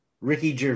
Ricky